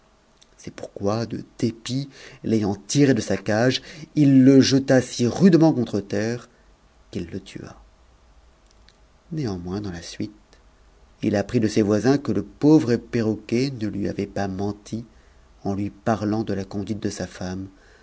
c'est pourquoi de dépit l'ayant tiré de sa cage il le jeta si rudement contre terre qu'il le tua néanmoins dans la suite il apprit de ses voisins que le pauvre perroquet ne lui avait pas menti en lui parlant de la conduite de sa femme